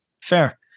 fair